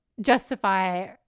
justify